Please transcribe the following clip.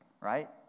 right